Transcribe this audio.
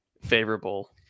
favorable